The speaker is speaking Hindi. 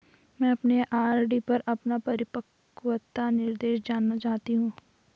मैं अपने आर.डी पर अपना परिपक्वता निर्देश जानना चाहती हूँ